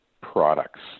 products